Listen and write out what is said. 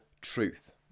truth